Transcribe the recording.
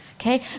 Okay